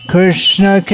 Krishna